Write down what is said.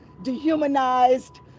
dehumanized